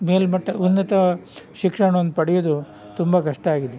ಮೇಲ್ಮಟ್ಟ ಉನ್ನತ ಶಿಕ್ಷಣವನ್ನು ಪಡೆಯೋದು ತುಂಬ ಕಷ್ಟ ಆಗಿದೆ